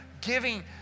giving